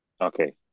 okay